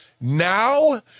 now